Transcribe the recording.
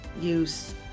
use